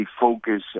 focus